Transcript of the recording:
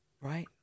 Right